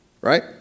Right